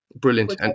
brilliant